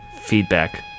Feedback